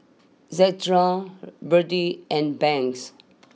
Zandra Berdie and Banks